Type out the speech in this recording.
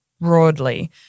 broadly